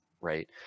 Right